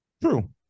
True